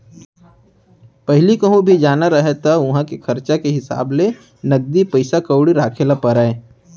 पहिली कहूँ भी जाना रहय त उहॉं के खरचा के हिसाब ले नगदी पइसा कउड़ी राखे ल परय